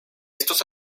estos